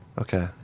Okay